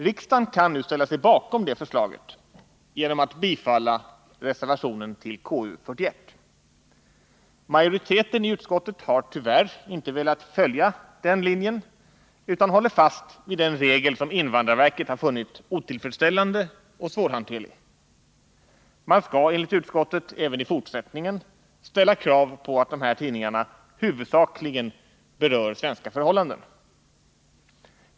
Riksdagen kan nu ställa sig bakom detta förslag genom att bifalla reservationen vid konstitutionsutskottets betänkande nr 41. Majoriteten i utskottet har tyvärr inte velat följa den linjen utan håller fast vid den regel som invandrarverket funnit otillfredsställande och svårhanterlig. Man skall enligt utskottet även i fortsättningen ställa krav på att de här tidningarna huvudsakligen skall beröra svenska förhållanden.